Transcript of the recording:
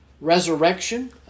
Resurrection